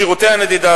שירותי הנדידה,